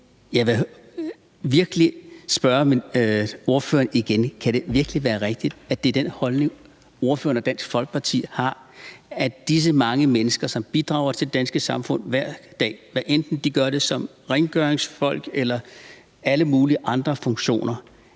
jeg vil virkelig spørge ordføreren igen: Kan det virkelig være rigtigt, at den holdning, ordføreren og Dansk Folkeparti har, er, at vi ikke bør anerkende og respektere, at disse mange mennesker, som bidrager til det danske samfund hver dag, hvad enten de gør det som rengøringsfolk eller i alle mulige andre funktioner,